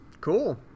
Cool